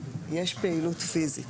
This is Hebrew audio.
יש פעילות פיסית.